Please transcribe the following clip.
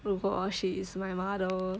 如果 she is my mother